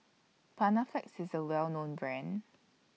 Panaflex IS A Well known Brand